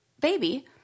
baby